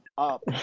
Up